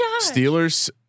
Steelers